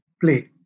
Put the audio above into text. play